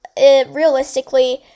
realistically